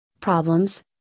problems